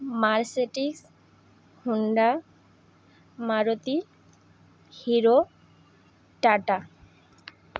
Mercedes Honda Maruti Hero tata